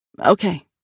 Okay